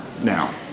now